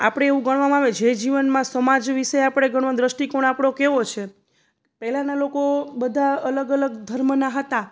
આપણે એવું ગણવામાં આવે જે જીવનમાં સમાજ વિશે આપણે ઘણો દૃષ્ટિકોણ આપણો કેવો છે પહેલાંના લોકો બધા અલગ અલગ ધર્મના હતા